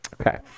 Okay